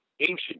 ancient